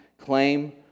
claim